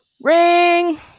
Ring